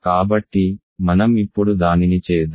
కాబట్టి మనం ఇప్పుడు దానిని చేద్దాం